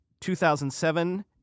2007